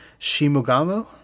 Shimogamo